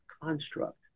construct